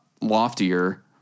loftier